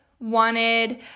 wanted